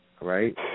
right